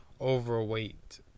overweight